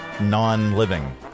non-living